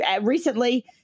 recently